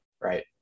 Right